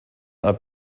are